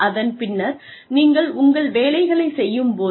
அதன் பின்னர் நீங்கள் உங்கள் வேலையை செய்யும் போது